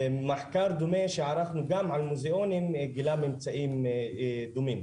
מחקר דומה שערכנו גם על מוזיאונים גילה ממצאים דומים.